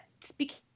speaking